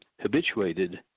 habituated